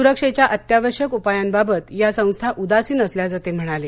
सुरक्षेच्या अत्यावश्यक उपायांबाबत या संस्था उदासीन असल्याचं ते म्हणाले